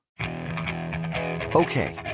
Okay